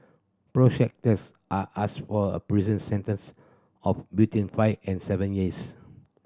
prosecutors are asked for a prison sentence of between five and seven years